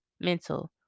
Mental